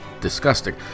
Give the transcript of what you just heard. disgusting